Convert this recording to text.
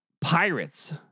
Pirates